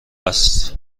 است